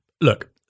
look